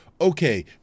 okay